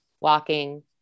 walking